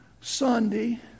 Sunday